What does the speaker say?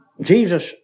Jesus